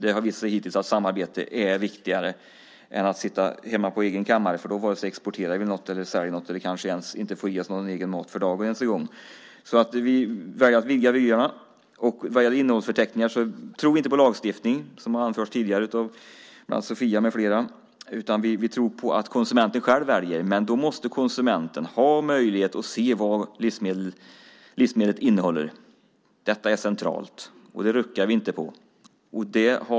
Det har hittills visat sig att samarbete är viktigare än att sitta hemma på sin egen kammare. Då kan vi inte vare sig exportera något, sälja något eller ens få i oss egen mat för dagen. Vi väljer att vidga vyerna. Vad gäller innehållsförteckningar tror vi inte på lagstiftning, som har anförts tidigare av bland annat Sofia. Vi tror på att konsumenten väljer själv. Men då måste konsumenten ha möjlighet att se vad livsmedlet innehåller. Detta är centralt. Det ruckar vi inte på.